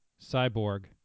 Cyborg